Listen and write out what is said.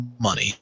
money